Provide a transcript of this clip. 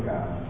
God